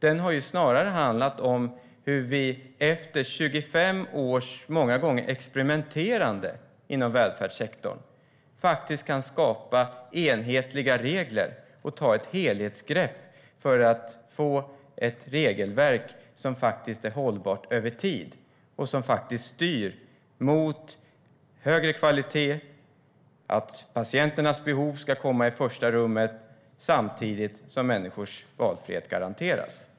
Det har snarare handlat om hur vi efter 25 års många gånger experimenterande inom välfärdssektorn kan skapa enhetliga regler och ta ett helhetsgrepp för att få ett regelverk som är hållbart över tid och som styr mot högre kvalitet, att patienternas behov ska komma i första rummet samtidigt som valfriheten garanteras.